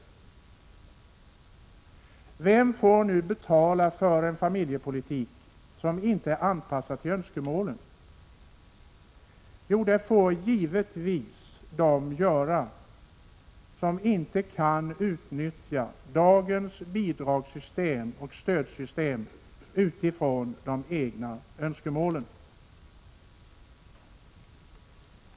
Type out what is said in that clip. Vem får nu betala för en familjepolitik som inte är anpassad till dessa önskemål? Jo, det får givetvis de göra som inte kan utnyttja dagens system med bidrag och stöd utifrån de egna önskemålen.